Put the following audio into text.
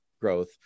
growth